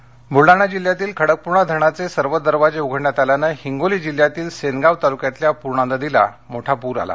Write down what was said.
वाशिम ब्लढाणा जिल्हातील खडकपूर्णा धरणाचे सर्व दरवाजे उघडल्याने हिंगोली जिल्ह्यातील सेनगाव तालुक्यातील पूर्णा नदीला मोठा पुर आला